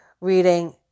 reading